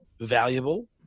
valuable